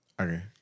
Okay